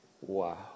Wow